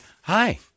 Hi